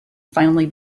finally